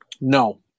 No